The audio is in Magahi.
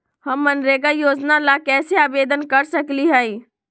हम मनरेगा योजना ला कैसे आवेदन कर सकली हई?